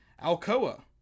Alcoa